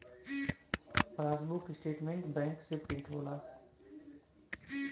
passbook statement bank से print होला